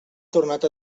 tornat